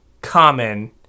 Common